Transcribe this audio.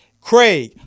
Craig